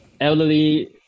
Elderly